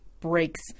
breaks